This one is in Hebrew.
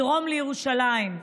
מדרום לירושלים.